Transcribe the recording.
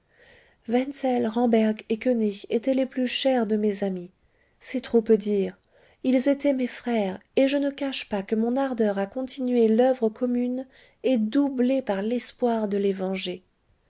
wenzel ramberg et koënig étaient les plus chers de mes amis c'est trop peu dire ils étaient mes frères et je ne cache pas que mon ardeur à continuer l'oeuvre commune est doublée par l'espoir de